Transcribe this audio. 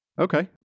Okay